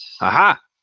Aha